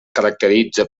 caracteritza